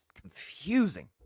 confusing